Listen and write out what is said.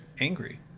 angry